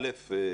א',